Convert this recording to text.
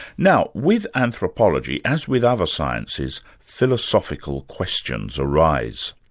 now, with anthropology, as with other sciences, philosophical questions arise.